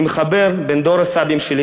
אני מחבר בין דור הסבים שלי,